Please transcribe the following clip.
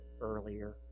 earlier